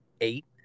eight